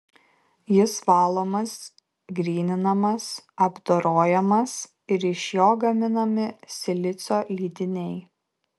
jis valomas gryninamas apdorojamas ir iš jo gaminami silicio lydiniai